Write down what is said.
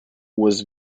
was